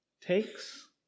takes